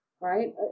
Right